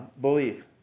believe